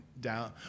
down